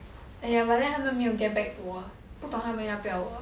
!aiya! but then 他们没有 get back to 我不懂他们要不要我